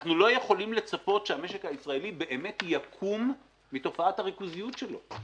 אנחנו לא יכולים לצפות שהמשק הישראלי באמת יקום מתופעת הריכוזיות שלו.